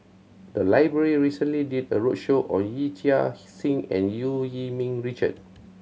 the library recently did a roadshow on Yee Chia Hsing and Eu Yee Ming Richard